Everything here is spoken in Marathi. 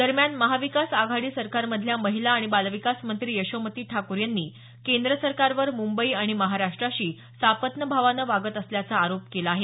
दरम्यान महाविकास आघाडी सरकारमधल्या महिला आणि बालविकास मंत्री यशोमती ठाकूर यांनी केंद्र सरकारवर मुंबई आणि महाराष्ट्राशी सापत्नभावानं वागत असल्याचा आरोप केला आहे